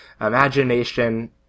imagination